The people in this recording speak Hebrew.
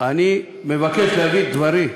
אני מבקש להביא את דברי,